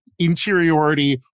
interiority